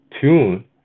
tune